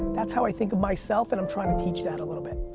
that's how i think of myself and i'm trying to teach that a little bit.